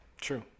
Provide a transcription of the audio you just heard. True